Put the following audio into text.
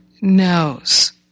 knows